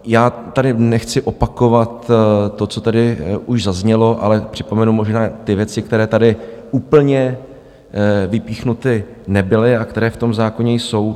Já tady nechci opakovat to, co tady už zaznělo, ale připomenu možná ty věci, které tady úplně vypíchnuty nebyly a které v tom zákoně jsou.